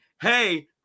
hey